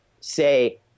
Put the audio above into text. say